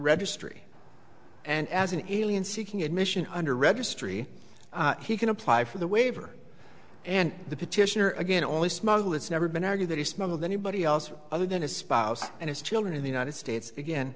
registry and as an alien seeking admission under registry he can apply for the waiver and the petitioner again only smuggle it's never been argued that he smuggled anybody else other than his spouse and his children in the united states again